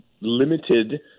limited